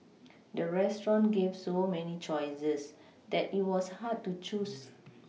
the restaurant gave so many choices that it was hard to choose